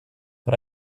but